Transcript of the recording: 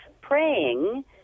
praying